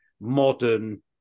modern